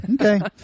Okay